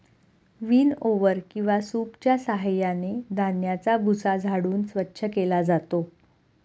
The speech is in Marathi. विनओवर किंवा सूपच्या साहाय्याने धान्याचा भुसा झाडून स्वच्छ केला जातो